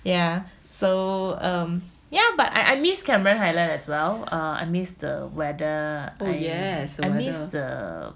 oh yes